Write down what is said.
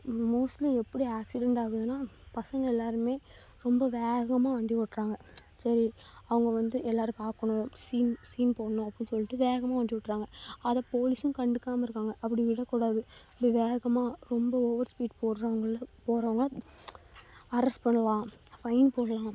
mostly எப்படி accident ஆகுதுன்னா பசங்க எல்லாருமே ரொம்ப வேகமாக வண்டி ஓட்டுறாங்க சரி அவங்க வந்து எல்லாரும் பார்க்கணும் சீன் சீன் போடணும் அப்படினு சொல்லிவிட்டு வேகமாக வண்டி ஓட்டுறாங்க அதை போலீஸும் கண்டுக்காமல் இருக்காங்க அப்படி விடக்கூடாது அப்படி வேகமாக ரொம்ப ஓவர் ஸ்பீட் போட்றவங்களை போகறவங்க அரஸ்ட் பண்ணலாம் ஃபைன் போடலாம்